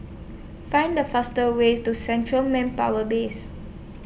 Find The fastest Way to Central Manpower Base